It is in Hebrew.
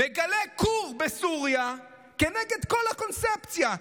מגלה כור בסוריה כנגד כל הקונספציה.